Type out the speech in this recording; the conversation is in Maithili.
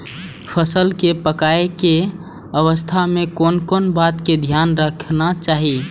फसल के पाकैय के अवस्था में कोन कोन बात के ध्यान रखना चाही?